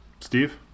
steve